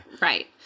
Right